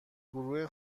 گروه